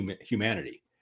humanity